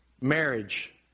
marriage